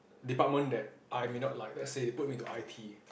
department that I may not like let's say they put me into I T